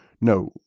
no